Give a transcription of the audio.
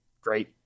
great